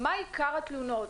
מה עיקר התלונות?